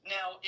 Now